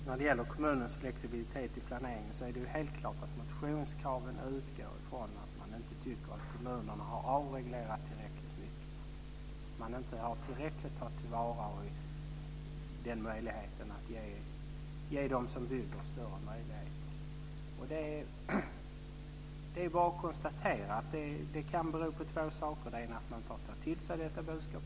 Fru talman! När det gäller kommunernas flexibilitet i planeringen är det helt klart att motionskraven utgår ifrån att man inte tycker att kommunerna har avreglerat tillräckligt mycket. Man har inte gett dem som bygger större möjligheter. Det är bara att konstatera att det kan bero på två saker. Den ena är att man inte har tagit till sig detta budskap.